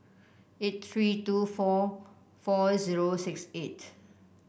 eight three two four four zero six eight